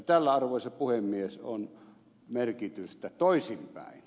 tällä arvoisa puhemies on merkitystä toisinpäin